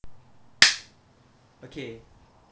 okay